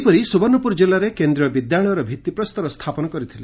ସେହିପରି ସୁବର୍ଣ୍ଣପୁର କିଲ୍ଲାରେ କେନ୍ଦ୍ରୀୟ ବିଦ୍ୟାଳୟର ଭିତ୍ତିପ୍ରସ୍ତର ସ୍ତାପନ କରିଥିଲେ